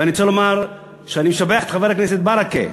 ואני רוצה לומר שאני משבח את חבר הכנסת ברכה.